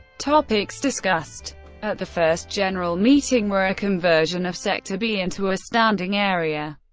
topics discussed at the first general meeting were a conversion of sector b into a standing area,